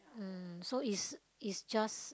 um so is is just